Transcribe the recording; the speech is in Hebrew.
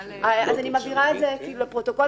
אבל --- אני מבהירה את זה לפרוטוקול